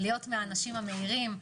להיות מהאנשים המאירים.